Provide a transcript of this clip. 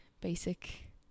basic